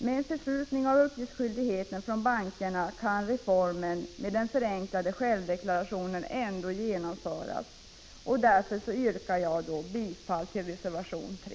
Med en förskjutning av uppgiftsskyldigheten från bankerna kan reformen med den förenklade självdeklarationen ändå genomföras. Med detta yrkar jag bifall till reservation 3.